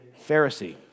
Pharisee